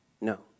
No